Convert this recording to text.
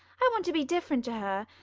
i want to be different to her.